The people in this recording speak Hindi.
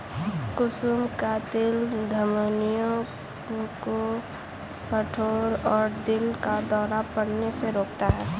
कुसुम का तेल धमनियों को कठोर और दिल का दौरा पड़ने से रोकता है